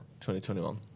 2021